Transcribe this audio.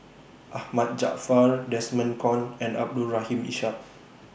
Ahmad Jaafar Desmond Kon and Abdul Rahim Ishak